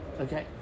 okay